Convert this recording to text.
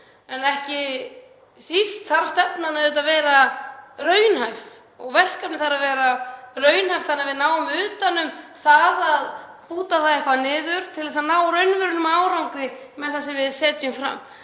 Ekki síst þarf stefnan auðvitað að vera raunhæf og verkefnið þarf að vera raunhæft þannig að við náum utan um það að búta það eitthvað niður til að ná raunverulegum árangri með það sem við setjum fram.